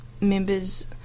members